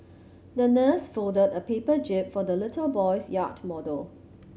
the nurse folded a paper jib for the little boy's yacht model